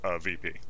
VP